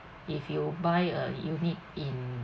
if you buy a unit in